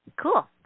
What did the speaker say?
Cool